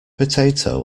potato